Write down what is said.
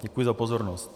Děkuji za pozornost.